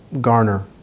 garner